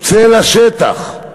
צא לשטח.